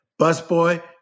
Busboy